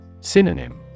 Synonym